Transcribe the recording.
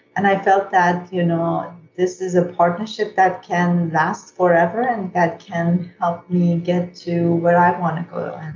and i felt that you know this is a partnership that can last forever and that can help me get to where i want to go.